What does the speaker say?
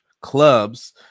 clubs